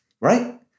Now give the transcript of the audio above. right